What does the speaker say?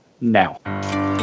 now